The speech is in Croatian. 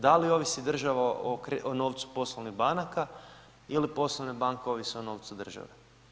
Da li ovisi država o novcu poslovnih banaka ili poslovne banke ovise o novcu države?